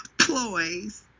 ploys